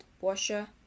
Washer